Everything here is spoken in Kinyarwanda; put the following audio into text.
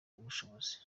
ubushobozi